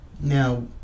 Now